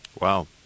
Wow